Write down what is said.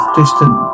distant